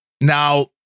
Now